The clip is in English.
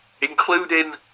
including